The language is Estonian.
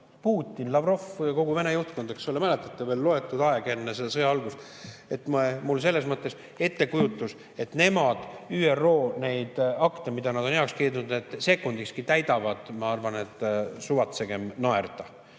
Putin, Lavrov, kogu Vene juhtkond, eks ole, mäletate veel, [veidi aega] enne sõja algust. Selles mõttes ettekujutus, et nemad ÜRO neid akte, mille nad on heaks kiitnud, sekundikski täidavad – ma arvan, et suvatsegem naerda.